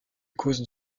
cause